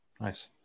Nice